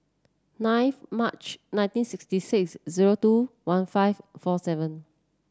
ninth March nineteen sixty six zero two one five four seven